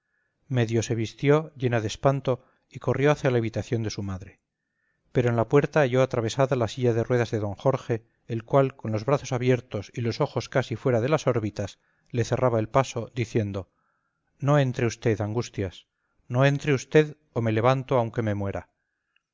medio se vistió llena de espanto y corrió hacia la habitación de su madre pero en la puerta halló atravesada la silla de ruedas de d jorge el cual con los brazos abiertos y los ojos casi fuera de las órbitas le cerraba el paso diciendo no entre usted angustias no entre usted o me levanto aunque me muera